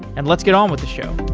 and let's get on with the show